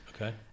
Okay